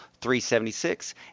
376